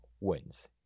wins